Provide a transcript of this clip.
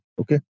Okay